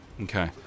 Okay